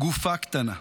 גופה קטנה.